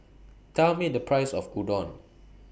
Tell Me The Price of Udon